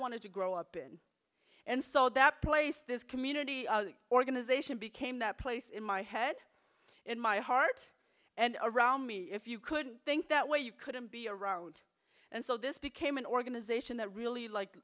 wanted to grow up in and so that place this community organization became that place in my head in my heart and around me if you could think that way you couldn't be around and so this became an organization that really like